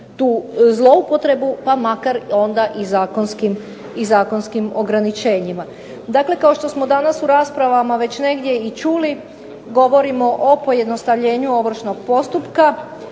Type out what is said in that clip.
tu zloupotrebu, pa makar onda i zakonskim ograničenjima. Dakle kao što smo danas u raspravama već negdje i čuli govorimo o pojednostavljenju ovršnog postupka,